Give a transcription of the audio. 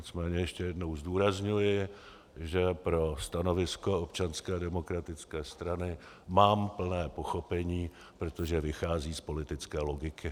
Nicméně ještě jednou zdůrazňuji, že pro stanovisko Občanské demokratické strany mám plné pochopení, protože vychází z politické logiky.